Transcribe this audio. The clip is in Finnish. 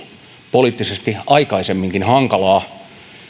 poliittisesti aikaisemminkin hankalaa